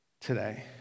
today